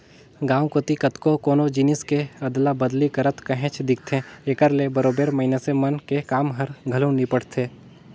गाँव कोती कतको कोनो जिनिस के अदला बदली करत काहेच दिखथे, एकर ले बरोबेर मइनसे मन के काम हर घलो निपटथे